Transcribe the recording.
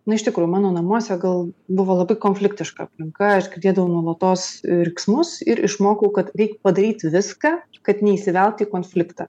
na iš tikrųjų mano namuose gal buvo labai konfliktiška aplinka aš girdėdavau nuolatos riksmus ir išmokau kad reik padaryti viską kad neįsivelt į konfliktą